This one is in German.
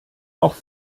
auch